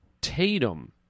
Tatum